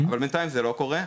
אבל בינתיים זה לא קורה,